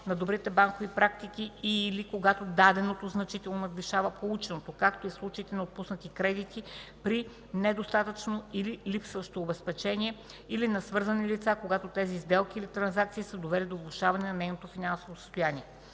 на добрите банкови практики и/или когато даденото значително надвишава полученото, както и в случаите на отпуснати кредити при недостатъчно или липсващо обезпечение или на свързани лица, когато тези сделки или трансакции са довели до влошаване на нейното финансово състояние.